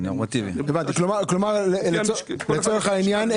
לצורך העניין,